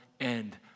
end